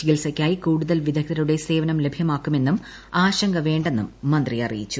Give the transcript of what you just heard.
ചിക്രിത്സയ്ക്കായി കൂടുതൽ വിദഗ്ധരുടെ സേവനം ലഭ്യമാക്കുമെന്നും ആശങ്ക വേണ്ടെന്നും മന്ത്രി അറിയിച്ചു